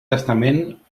testament